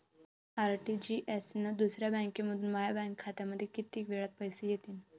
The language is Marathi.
आर.टी.जी.एस न दुसऱ्या बँकेमंधून माया बँक खात्यामंधी कितीक वेळातं पैसे येतीनं?